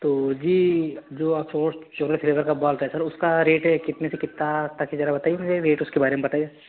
तो जी जो आप चौवर चोकलेट फ्लेवर का बात है सर उसका रेट कितने से कितना तक है जरा बताइए मुझे रेट उसके बारे में बताइए